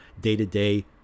day-to-day